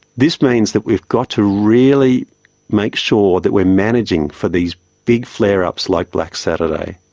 this means that we've got to really make sure that we're managing for these big flare-ups like black saturday.